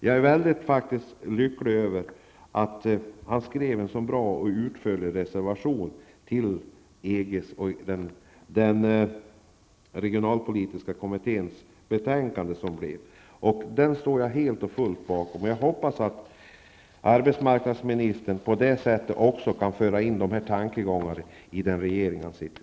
Jag är faktiskt mycket lycklig över att Börje Hörnlund skrev en sådan bra och utförlig reservation till den regionalpolitiska kommitténs betänkande, och jag står helt och fullt bakom den. Jag hoppas också att arbetsmarknadsministern kan föra in dessa tankegångar i den regering han sitter i.